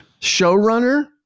showrunner